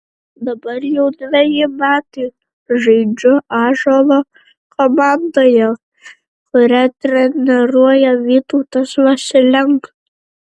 dabar jau dveji metai žaidžiu ąžuolo komandoje kurią treniruoja vytautas vasilenka